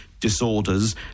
disorders